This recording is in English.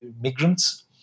migrants